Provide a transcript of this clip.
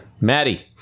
maddie